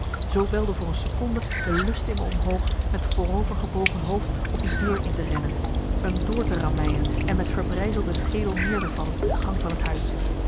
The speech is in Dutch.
zoo welde voor een seconde de lust in me omhoog met voorovergebogen hoofd op die deur in te rennen m door te rammeien en met verbrijzelde schedel neer te vallen in de gang van het huis